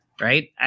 right